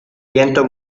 viento